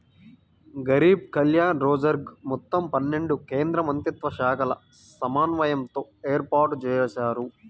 గరీబ్ కళ్యాణ్ రోజ్గర్ మొత్తం పన్నెండు కేంద్రమంత్రిత్వశాఖల సమన్వయంతో ఏర్పాటుజేశారు